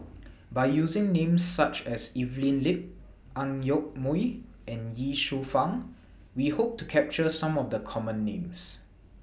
By using Names such as Evelyn Lip Ang Yoke Mooi and Ye Shufang We Hope to capture Some of The Common Names